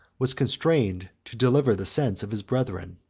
was constrained to deliver the sense of his brethren.